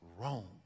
wrong